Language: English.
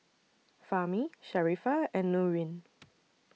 Fahmi Sharifah and Nurin